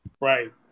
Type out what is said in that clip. Right